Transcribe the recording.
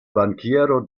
bankiero